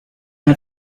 had